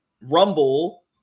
Rumble